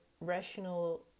rational